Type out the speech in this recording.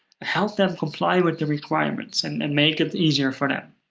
help them comply with the requirements and and make it easier for them.